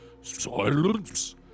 Silence